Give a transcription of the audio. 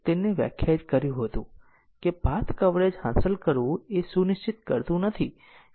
તેથી પાથનો સમૂહ લીનીયર રીતે ઈન્ડીપેન્ડન્ટ છે જો સેટમાં અન્ય પાથના લીનીયર સંયોજન સાથે કોઈ પાથ સેટ ન હોય